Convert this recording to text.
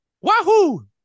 Wahoo